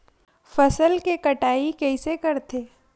फसल के कटाई कइसे करथे?